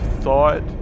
thought